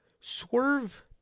Swerve